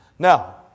Now